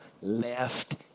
left